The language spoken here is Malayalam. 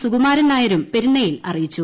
സുകുമാരൻ നായരും പെരുന്നയിൽ അറിയിച്ചു